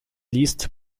liste